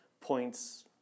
Points